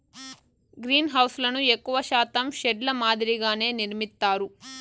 గ్రీన్హౌస్లను ఎక్కువ శాతం షెడ్ ల మాదిరిగానే నిర్మిత్తారు